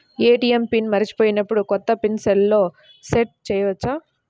ATM PIN మరచిపోయినప్పుడు, కొత్త PIN సెల్లో సెట్ చేసుకోవచ్చా?